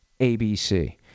ABC